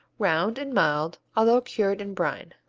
round and mild although cured in brine.